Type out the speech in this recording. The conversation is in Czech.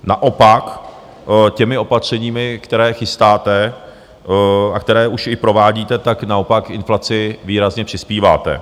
Naopak těmi opatřeními, které chystáte a které už i provádíte, tak naopak k inflaci výrazně přispíváte.